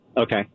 Okay